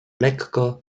lekko